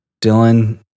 Dylan